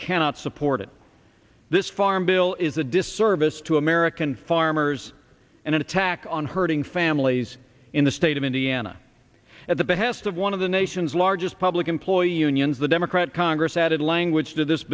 cannot support it this farm bill is a disservice to american farmers and an attack on hurting families in the state of indiana at the behest of one of the nation's largest public employee unions the democrat congress added language to this